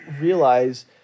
realize